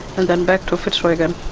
and then back to fitzroy again.